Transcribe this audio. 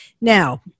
Now